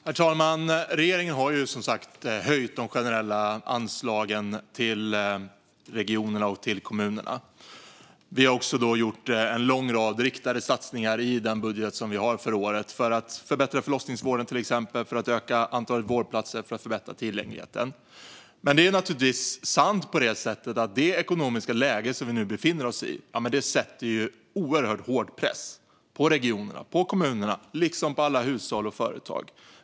Herr talman! Regeringen har som sagt höjt de generella anslagen till regionerna och kommunerna. Vi har också gjort en lång rad riktade satsningar i budgeten för året för att till exempel förbättra förlossningsvården, öka antalet vårdplatser och förbättra tillgängligheten. Men det är naturligtvis sant att det ekonomiska läge som vi befinner oss i sätter oerhört hård press på regionerna och kommunerna liksom på alla hushåll och företag.